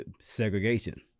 Segregation